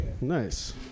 Nice